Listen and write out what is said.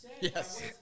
Yes